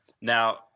Now